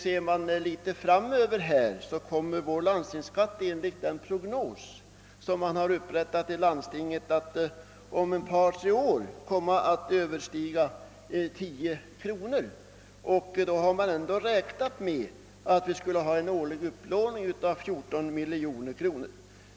Ser man litet framöver så kommer vår landstingsskatt enligt den prognos som man har upprättat i landstinget att om ett par tre år överstiga 10 kronor, och då har man ändå räknat med en årlig upplåning av 14 miljoner kronor.